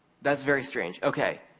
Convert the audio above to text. that's very strange. okay,